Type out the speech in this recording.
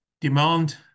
demand